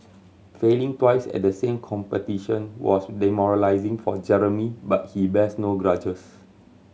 failing twice at the same competition was demoralising for Jeremy but he bears no grudges